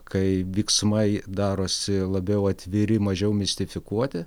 kai vyksmai darosi labiau atviri mažiau mistifikuoti